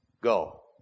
Go